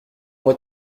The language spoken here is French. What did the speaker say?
moi